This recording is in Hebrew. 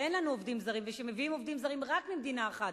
שאין לנו עובדים זרים ושמביאים עובדים זרים רק ממדינה אחת,